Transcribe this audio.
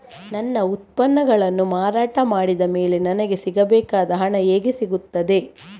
ನನ್ನ ಉತ್ಪನ್ನಗಳನ್ನು ಮಾರಾಟ ಮಾಡಿದ ಮೇಲೆ ನನಗೆ ಸಿಗಬೇಕಾದ ಹಣ ಹೇಗೆ ಸಿಗುತ್ತದೆ?